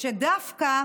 שדווקא